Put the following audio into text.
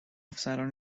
افسران